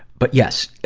but, yes,